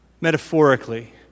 metaphorically